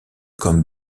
comme